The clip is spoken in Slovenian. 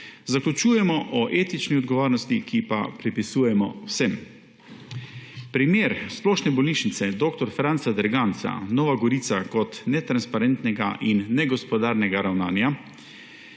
Zaključujemo o etični odgovornosti, ki pa jo pripisujemo vsem. Primer Splošne bolnišnice dr. Franca Derganca Nova Gorica kot netransparentnega in negospodarnega ravnanja